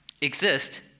exist